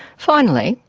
finally,